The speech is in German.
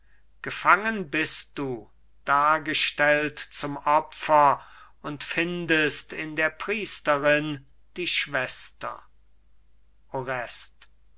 gefangen bist du dargestellt zum opfer und findest in der priesterin die schwester